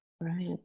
Right